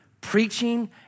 preaching